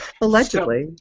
Allegedly